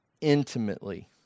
intimately